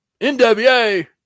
NWA